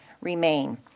remain